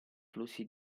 flussi